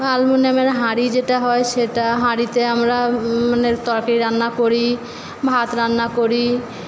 আলমুনিয়ামের হাঁড়ি যেটা হয় সেটা হাঁড়িতে আমরা মানে তরকারি রান্না করি ভাত রান্না করি